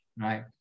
right